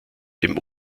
dem